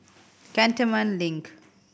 Cantonment Link